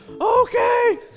okay